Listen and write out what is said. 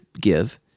give